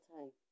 Time